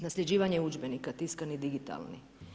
Nasljeđivanje udžbenika, tiskani digitalni.